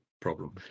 problem